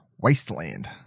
Wasteland